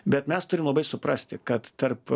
bet mes turim labai suprasti kad tarp